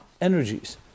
energies